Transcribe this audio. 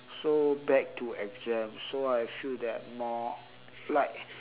so back to exams so I feel that more like